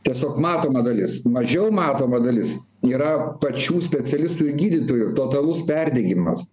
tiesiog matoma dalis mažiau matoma dalis yra pačių specialistų ir gydytojų totalus perdegimas